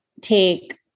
take